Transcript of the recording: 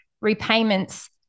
repayments